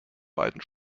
beiden